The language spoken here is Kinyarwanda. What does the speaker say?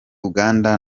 uganda